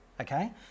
okay